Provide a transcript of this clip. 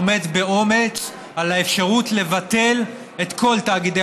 עומד באומץ על האפשרות לבטל את כל תאגידי